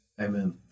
Amen